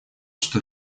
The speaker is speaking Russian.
что